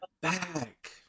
back